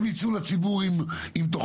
הם יצאו לציבור עם תוכנית,